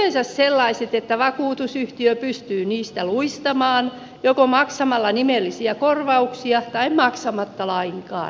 vakuutusehdot ovat yleensä sellaiset että vakuutusyhtiö pystyy niistä luistamaan joko maksamalla nimellisiä korvauksia tai maksamatta lainkaan